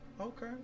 Okay